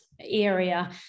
area